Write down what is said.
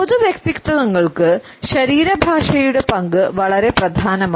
പൊതു വ്യക്തിത്വങ്ങൾക്ക് ശരീരഭാഷയുടെ പങ്ക് വളരെ പ്രധാനമാണ്